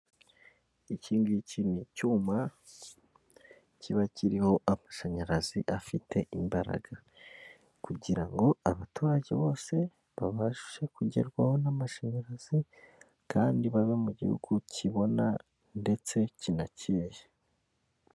Iki ngiki ni icyuma kiba kiriho amashanyarazi afite imbaraga. Kugira ngo abaturage bose babashe kugerwaho n'amashanyarazi, kandi babe mu gihugu kibona ndetse kinakeye.